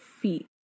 feet